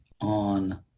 on